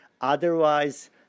otherwise